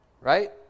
right